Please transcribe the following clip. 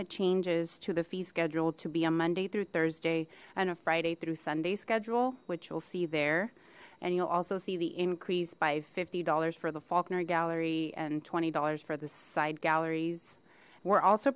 the changes to the fee schedule to be a monday through thursday and a friday through sunday schedule which you'll see there and you'll also see the increase by fifty dollars for the faulkner gallery and twenty dollars for the side galleries we're also